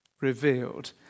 revealed